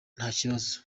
ntakibazo